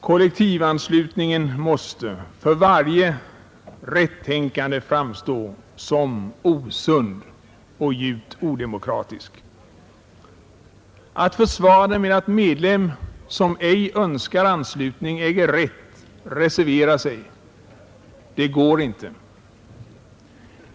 Kollektivanslutningen måste för varje rättänkande framstå som osund och djupt odemokratisk. Att försvara den med att medlem som ej önskar anslutning äger rätt att reservera sig går inte.